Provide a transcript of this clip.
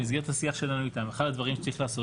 במסגרת השיח שלנו איתם אחד הדברים שצריך לעשות,